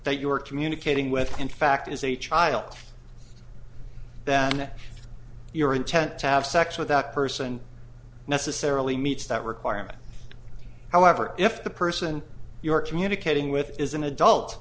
that you are communicating with in fact is a child then your intent to have sex with that person necessarily meets that requirement however if the person you're communicating with is an adult